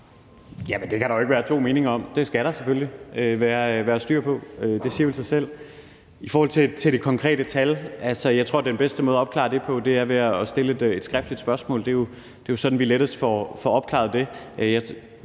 der kan jo ikke være to meninger om, at det skal der selvfølgelig være styr på – det siger sig selv. I forhold til det konkrete tal vil jeg sige, at jeg tror, den bedste måde at opklare det på, er ved at stille et skriftligt spørgsmål. Det er jo sådan, vi lettest får opklaret det.